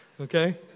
Okay